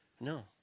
No